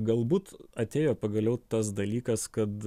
galbūt atėjo pagaliau tas dalykas kad